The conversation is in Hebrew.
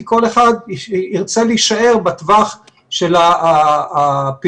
כי כל אחד ירצה להישאר בטווח של הפעילות